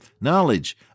knowledge